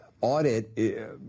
audit